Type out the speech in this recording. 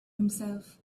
himself